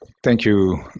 thank you,